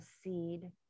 seed